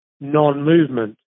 non-movement